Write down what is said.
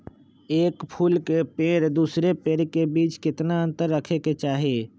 एक फुल के पेड़ के दूसरे पेड़ के बीज केतना अंतर रखके चाहि?